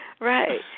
Right